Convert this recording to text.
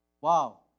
Wow